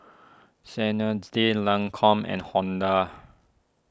Sensodyne Lancome and Honda